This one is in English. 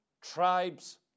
tribes